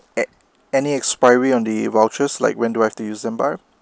an~ any expiry on the vouchers like when do I have to use them by